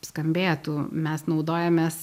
skambėtų mes naudojamės